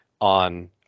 on